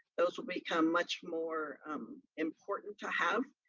those will become much more important to have,